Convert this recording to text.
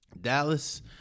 Dallas